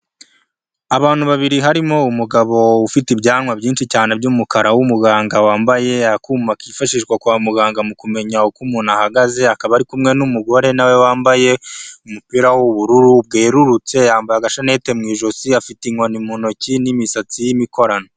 Abantu babiri harimo umugabo ufite ibyanwa byinshi cyane by'umukara w'umuganga, wambaye akuma kifashishwa kwa muganga mu kumenya uko umuntu ahagaze, akaba ari kumwe n'umugore na we wambaye umupira w'ubururu bwerurutse, yambaye agashanete mu ijosi, afite inkoni mu ntoki n'imisatsi y'imikorano.